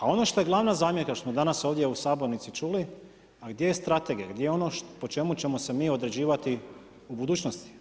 A ono što je glavna zamjerka što smo danas ovdje u sabornici čuli, a gdje je strategija, gdje je ono po čemu ćemo se mi određivati u budućnosti?